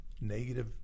negative